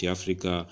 Africa